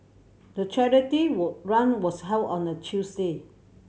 the charity run was held on a Tuesday